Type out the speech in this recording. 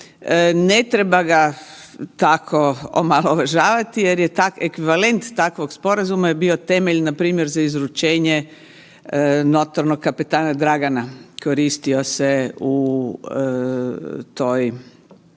ne treba tako omalovažavati jer je ekvivalent takvog sporazuma je bio temelj npr. za izručenje notornog kapetana Dragana, koristio se u toj